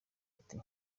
ati